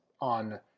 on